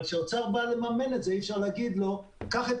אבל כשהאוצר בא לממן את זה אי אפשר לומר לו קח את